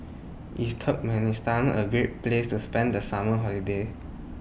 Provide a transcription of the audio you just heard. IS Turkmenistan A Great Place to spend The Summer Holiday